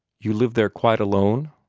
you live there quite alone,